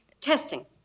testing